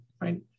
right